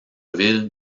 ville